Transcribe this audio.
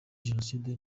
jenoside